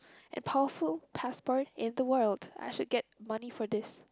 and powerful passport in the world I should get money for this